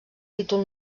títol